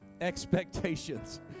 expectations